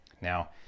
Now